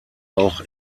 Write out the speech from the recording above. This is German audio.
auch